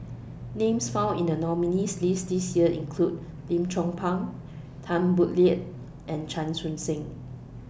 Names found in The nominees' list This Year include Lim Chong Pang Tan Boo Liat and Chan Chun Sing